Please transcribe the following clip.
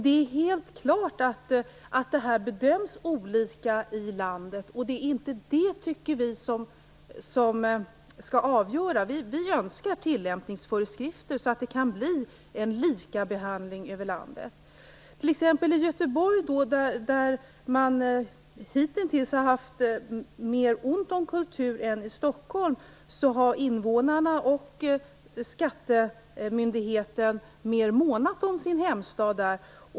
Det är helt klart att det bedöms olika i landet. Vi tycker inte att riksdagen skall avgöra det. Vi önskar tillämpningsföreskrifter så att det kan bli en likabehandling i landet. I t.ex. Göteborg, där man hitintills har haft mer ont om kultur än i Stockholm, har invånarna och skattemyndigheten mer månat om sin hemstad.